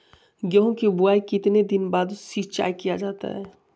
गेंहू की बोआई के कितने दिन बाद सिंचाई किया जाता है?